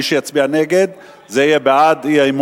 מי שיצביע נגד, זה יהיה בעד האי-אמון